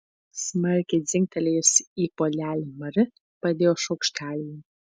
smarkiai dzingtelėjusi į puodelį mari padėjo šaukštelį